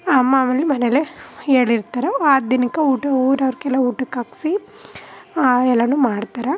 ಮಾಮುಲಿ ಮನೆಲೇ ಹೇಳಿರ್ತಾರೋ ಆ ದಿನಕ್ಕೆ ಊಟ ಊರವ್ರಿಗೆಲ್ಲ ಊಟಕ್ಕೆ ಹಾಕ್ಸಿ ಎಲ್ಲನೂ ಮಾಡ್ತಾರೆ